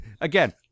again